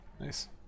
Nice